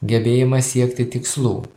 gebėjimą siekti tikslų